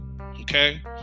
okay